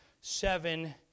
seven